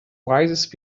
wisest